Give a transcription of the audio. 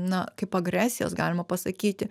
na kaip agresijos galima pasakyti